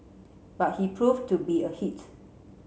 but he proved to be a hit